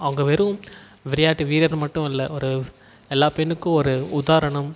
அவங்க வெறும் விளையாட்டு வீரர் மட்டும் இல்லை ஒரு எல்லா பெண்ணுக்கும் ஒரு உதாரணம்